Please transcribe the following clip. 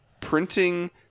printing